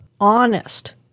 honest